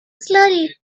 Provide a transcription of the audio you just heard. slowly